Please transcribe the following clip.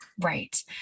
Right